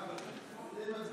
גם מוותר.